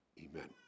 Amen